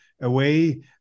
away